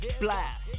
blast